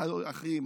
אחים,